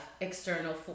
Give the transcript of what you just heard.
external